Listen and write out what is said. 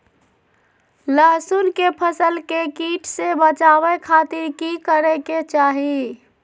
लहसुन के फसल के कीट से बचावे खातिर की करे के चाही?